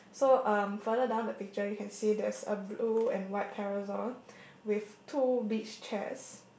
so um further down the picture you can see there's a blue and white parasol with two beach chairs